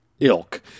ilk